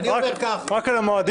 רק על המועדים?